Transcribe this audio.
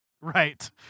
Right